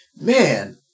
man